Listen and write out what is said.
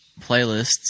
playlists